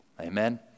Amen